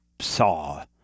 saw